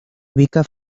ubica